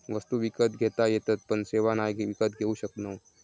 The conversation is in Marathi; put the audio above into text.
वस्तु विकत घेता येतत पण सेवा नाय विकत घेऊ शकणव